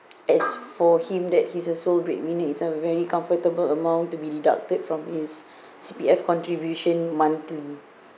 as for him that he's a sole breadwinner it's a very comfortable amount to be deducted from his C_P_F contribution monthly